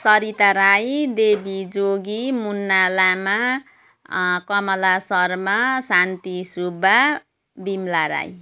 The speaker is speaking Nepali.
सरिता राई देवी जोगी मुन्ना लामा कमला शर्मा शान्ति सुब्बा विमला राई